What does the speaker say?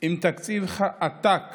עם תקציב עתק